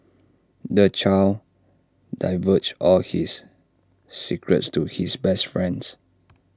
the child divulged all his secrets to his best friend